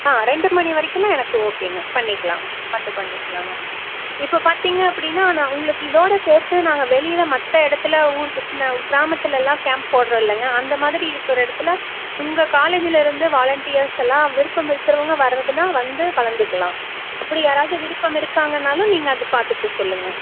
ஆ ரெண்டு மணி வரைக்குன்னா எனக்கு ஓகேங்க பண்ணிக்கலாம் பார்த்து பண்ணிக்கலாங்க இப்போ பார்த்திங்க அப்படின்னா நான் உங்களுக்கு இதோட சேர்த்து நாங்கள் வெளியில மற்ற இடத்துல ஊர் கிராமத்தில்லாம் கேம்ப் போடுறோம் இல்லைங்க அந்த மாதிரி இருக்கிற இடத்துல உங்கள் காலேஜ்லருந்து வாலண்டியர்ஸ் எல்லாம் விருப்பம் இருக்கிறவங்க வரதுன்னா வந்து கலந்துக்குலாம் அப்படி யாராவது விருப்பம் இருக்காங்கனாலும் நீங்கள் அது பார்த்துட்டு சொல்லுங்கள்